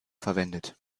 verwendet